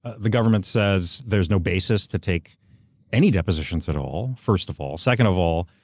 the government says there's no basis to take any depositions at all, first of all. second of all,